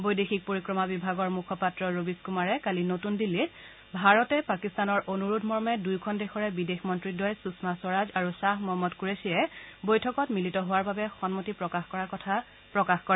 বৈদেশিক পৰিক্ৰমা বিভাগৰ মুখপাত্ৰ ৰবিশ কুমাৰ কালি নতুন দিল্লীত ভাৰতে পাকিস্তানৰ অনুৰোধমৰ্মে দুয়োখন দেশৰে বিদেশ মন্ত্ৰীদ্বয় সুষমা স্বৰাজ আৰু খাহ মহম্মদ কুৰেশ্বীয়ে বৈঠকত মিলিত হোৱাৰ বাবে সন্মতি প্ৰকাশ কৰাৰ কথা প্ৰকাশ কৰে